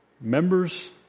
members